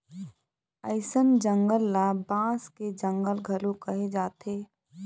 अइसन जंगल ल बांस के जंगल घलोक कहे जाथे